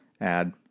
add